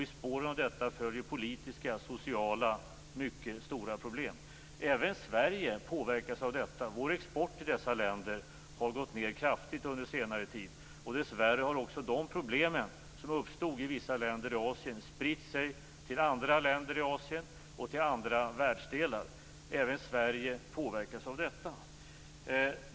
I spåren av detta följer mycket stora politiska och sociala problem. Även Sverige påverkas av detta. Vår export till dessa länder har gått ned kraftigt under senare tid, och dessvärre har också de problem som uppstått i vissa länder i Asien spritt sig till andra länder i Asien och till andra världsdelar. Även Sverige påverkas av detta.